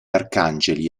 arcangeli